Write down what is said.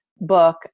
book